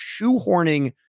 shoehorning